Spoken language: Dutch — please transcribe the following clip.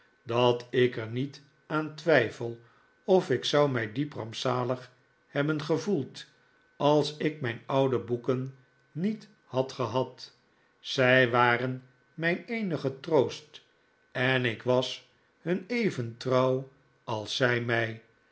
dat ik er niet aan twijfel of ik zou mij diep rampzalig hebben gevoeld als ik mijn oude boeken niet had gehad zij waren mijn eenige troost en ik was hun david copperfield even trouw als zij mij